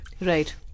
Right